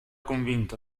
convinto